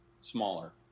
smaller